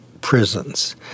prisons